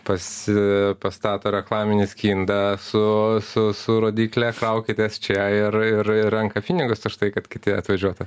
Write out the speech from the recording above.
pasi pastato reklaminį skindą su su su rodykle kraukitės čia ir ir renka pinigus už tai kad kiti atvažiuotų